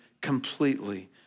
completely